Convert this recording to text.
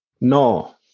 No